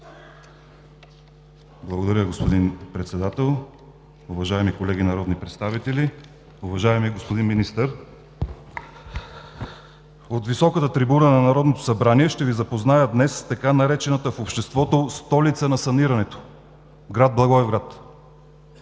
Благодаря Ви, господин Председател. Уважаеми колеги народни представители, уважаеми господин Министър! От високата трибуна на Народното събрание ще Ви запозная днес с така наречената в обществото „столица на санирането“ – град Благоевград.